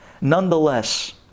Nonetheless